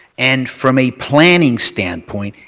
and from a planning standpoint,